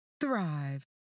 thrive